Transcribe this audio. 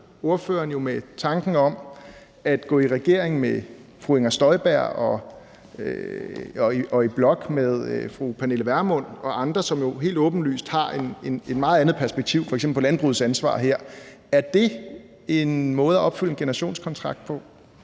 jo med tanken om at gå i regering med fru Inger Støjberg og gå i blok med fru Pernille Vermund og andre, som jo helt åbenlyst har et meget anderledes perspektiv på f.eks. landbrugets ansvar her. Er det en måde at opfylde en generationskontrakt på?